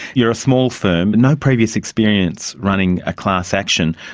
you're a small firm, no previous experience running a class action.